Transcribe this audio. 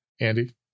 Andy